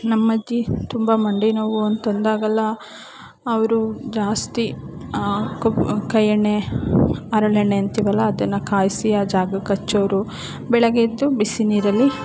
ನಮ್ಮ ಅಜ್ಜಿ ತುಂಬ ಮಂಡಿ ನೋವು ಅಂತಂದಾಗೆಲ್ಲ ಅವರು ಜಾಸ್ತಿ ಕೊಬ್ ಕೈ ಎಣ್ಣೆ ಹರಳೆಣ್ಣೆ ಅಂತೀವಲ್ಲ ಅದನ್ನು ಕಾಯಿಸಿ ಆ ಜಾಗಕ್ಕೆ ಹಚ್ಚೋವ್ರು ಬೆಳಗ್ಗೆ ಎದ್ದು ಬಿಸಿ ನೀರಲ್ಲಿ